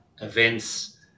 events